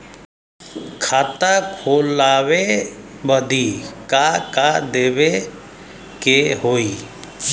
खाता खोलावे बदी का का देवे के होइ?